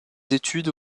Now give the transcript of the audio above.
études